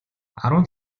арван